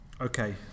okay